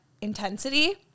intensity